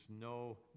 no